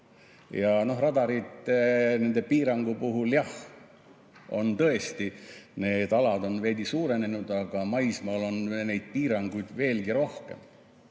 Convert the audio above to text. Ja radarite, nende piirangute puhul, jah, on tõesti need alad veidi suurenenud, aga maismaal on neid piiranguid veelgi rohkem